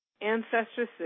ancestresses